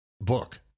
book